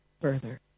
further